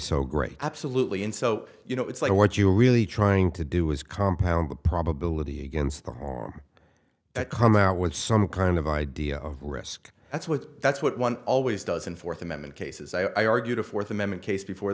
so great absolutely in so you know it's like what you're really trying to do is compound the probability against the harm that come out with some kind of idea of risk that's what that's what one always does in fourth amendment cases i argued a fourth amendment case before